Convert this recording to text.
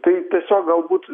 tai tiesiog galbūt